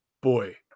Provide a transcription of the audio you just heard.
boy